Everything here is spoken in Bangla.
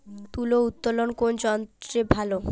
তুলা উত্তোলনে কোন যন্ত্র ভালো?